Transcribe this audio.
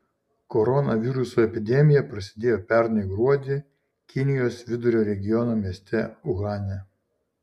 koronaviruso epidemija prasidėjo pernai gruodį kinijos vidurio regiono mieste uhane